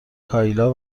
کایلا